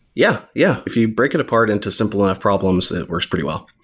yeah yeah. if you break it apart into simple enough problems, it works pretty well.